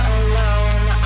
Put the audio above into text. alone